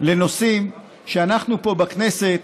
לנושאים שאנחנו פה בכנסת,